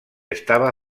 estava